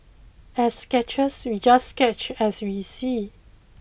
as sketchers we just sketch as we see